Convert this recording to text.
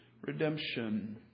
redemption